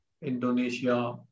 Indonesia